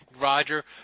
roger